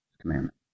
commandment